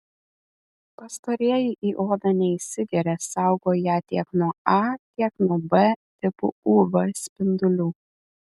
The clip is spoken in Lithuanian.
pastarieji į odą neįsigeria saugo ją tiek nuo a tiek nuo b tipų uv spindulių